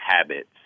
habits